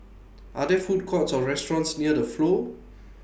Are There Food Courts Or restaurants near The Flow